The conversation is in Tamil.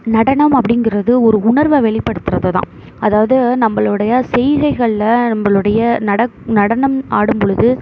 நடனம் அப்படிங்கிறது ஒரு உணர்வை வெளிபடுத்துறதுதான் அதாவது நம்மளுடைய செய்கைகளில் நம்மளுடைய நடனம் ஆடும்பொழுது